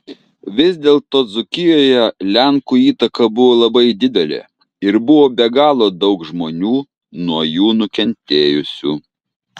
vis dėlto dzūkijoje lenkų įtaka buvo labai didelė ir buvo be galo daug žmonių nuo jų nukentėjusių